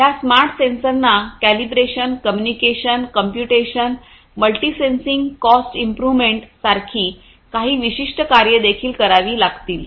ह्या स्मार्ट सेन्सरना calibration communication computation multi sensing cost improvements सारखी काही विशिष्ट कार्येदेखील करावी लागतील